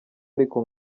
ariko